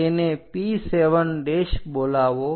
તેને P7 બોલાવો